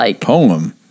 poem